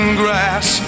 grass